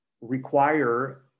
require